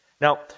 Now